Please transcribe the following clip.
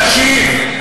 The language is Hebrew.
תקשיב.